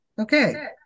Okay